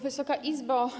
Wysoka Izbo!